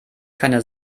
keine